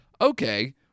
okay